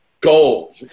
gold